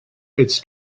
its